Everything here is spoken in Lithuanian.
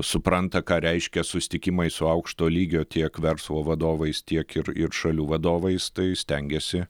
supranta ką reiškia susitikimai su aukšto lygio tiek verslo vadovais tiek ir ir šalių vadovais tai stengiasi